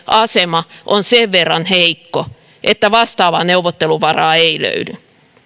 asema on sen verran heikko että vastaavaa neuvotteluvaraa ei löydy